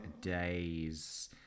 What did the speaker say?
days